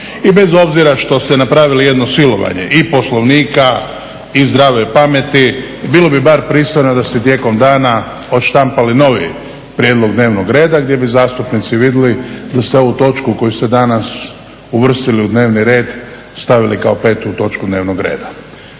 I bez obzira što ste napravili jedno silovanje i Poslovnika i zdrave pameti bilo bi bar pristojno da ste tijekom dana odštampali novi prijedlog dnevnog reda gdje bi zastupnici vidjeli da ste ovu točku koju ste danas uvrstili u dnevni red stavili kao 5. točku dnevnog reda.